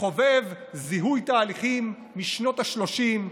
כחובב זיהוי תהליכים משנות השלושים,